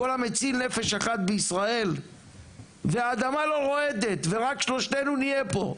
כל המציל נפש אחת בישראל והאדמה לא רועדת ורק שלושתנו נהיה פה,